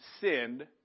sinned